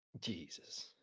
Jesus